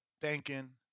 thanking